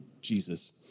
Jesus